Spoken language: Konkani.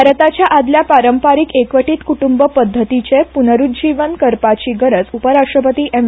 भारताच्या आदल्या पारंपरिक एकवटीत कुटुंब पध्दतीचे पुनरूज्जीवन जावपाची गरज उपराष्ट्रपती एम